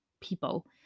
people